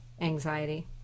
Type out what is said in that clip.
anxiety